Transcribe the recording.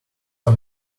are